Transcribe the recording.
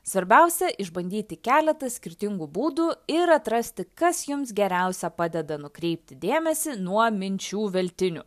svarbiausia išbandyti keletą skirtingų būdų ir atrasti kas jums geriausia padeda nukreipti dėmesį nuo minčių veltinių